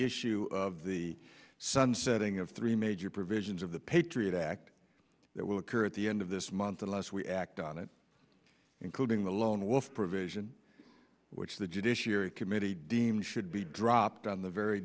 issue of the sunsetting of three major provisions of the patriot act that will occur at the end of this month unless we act on it including the lone wolf provision which the judiciary committee deem should be dropped on the very